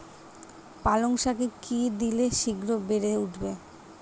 পালং শাকে কি দিলে শিঘ্র বেড়ে উঠবে?